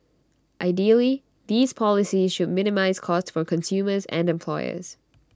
ideally these policies should minimise cost for consumers and employers